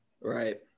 Right